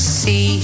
see